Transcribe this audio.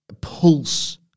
pulse